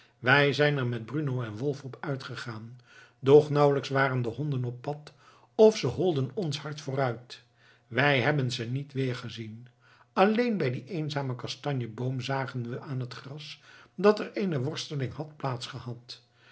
wij zijn er met bruno en wolf op uitgegaan doch nauwelijks waren de honden op pad of ze holden ons hard vooruit wij hebben ze niet weer gezien alleen bij dien eenzamen kastanje boom zagen we aan het gras dat er eene worsteling had